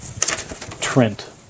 Trent